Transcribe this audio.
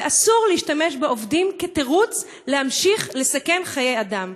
ואסור להשתמש בעובדים כתירוץ להמשיך לסכן חיי אדם.